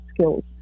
skills